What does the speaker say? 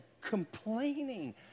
complaining